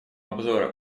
обзора